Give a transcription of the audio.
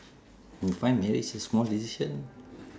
you find marriage a small decision